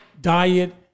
diet